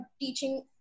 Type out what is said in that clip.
teaching